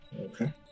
Okay